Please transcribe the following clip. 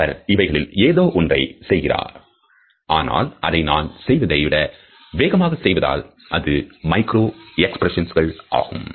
அவர் இவைகளில் ஏதோ ஒன்றை செய்கிறார் ஆனால் அதை நான் செய்வதை விட வேகமாக செய்வதால் அது மைக்ரோ எக்ஸ்பிரஷன்ஸ் ஆகும்